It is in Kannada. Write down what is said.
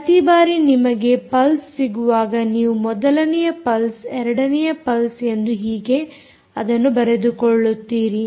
ಪ್ರತಿ ಬಾರಿ ನಿಮಗೆ ಪಲ್ಸ್ ಸಿಗುವಾಗ ನೀವು ಮೊದಲನೆಯ ಪಲ್ಸ್ ಎರಡನೆಯ ಪಲ್ಸ್ ಎಂದು ಹೀಗೆ ಅದನ್ನು ಬರೆದುಕೊಳ್ಳುತ್ತೀರಿ